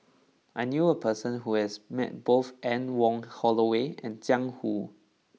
I knew a person who has met both Anne Wong Holloway and Jiang Hu